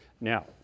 Now